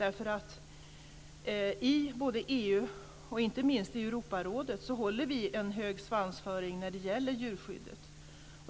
I både EU och inte minst Europarådet håller vi en hög svansföring när det gäller djurskyddet.